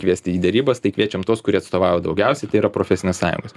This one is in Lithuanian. kviesti į derybas tai kviečiam tuos kurie atstovavo daugiausiai tai yra profesinės sąjungos